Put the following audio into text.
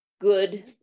good